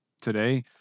today